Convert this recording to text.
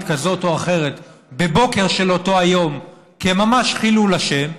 כזאת או אחרת בבוקר של אותו היום ממש כחילול השם,